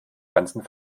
ganzen